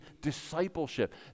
discipleship